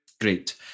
great